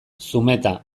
zumeta